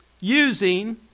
using